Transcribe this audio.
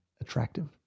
attractive